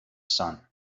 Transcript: sun